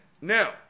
Now